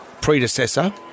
predecessor